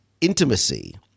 intimacy